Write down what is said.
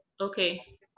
okay